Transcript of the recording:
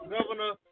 Governor